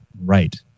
Right